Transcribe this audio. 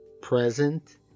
present